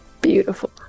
Beautiful